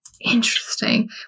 Interesting